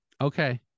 Okay